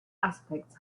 aspects